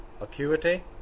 acuity